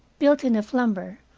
built in of lumber,